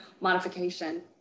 modification